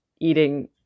eating